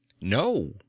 No